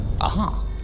Aha